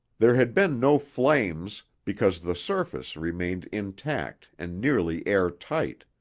there had been no flames, because the surface remained intact and nearly air-tight.